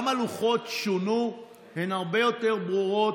גם הלוחות שונו, הם הרבה יותר ברורים,